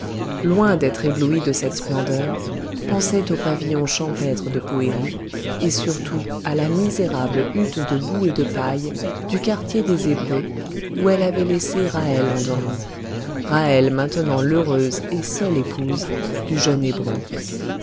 loin d'être éblouie de cette splendeur pensait au pavillon champêtre de poëri et surtout à la misérable hutte de boue et de paille du quartier des hébreux où elle avait laissé ra'hel endormie ra'hel maintenant l'heureuse et seule épouse du jeune hébreu